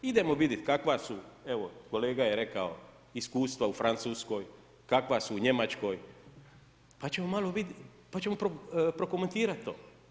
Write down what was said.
Idemo vidjeti kakva su, evo kolega je rekao iskustva u Francuskoj, kakva su u Njemačkoj pa ćemo malo vidjeti, pa ćemo prokomentirati to.